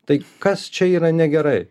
tai kas čia yra negerai